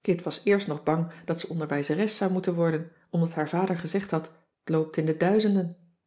kit was eerst nog bang dat ze onderwijzeres zou moeten worden omdat haar vader gezegd had t loopt in de duizenden